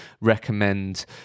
recommend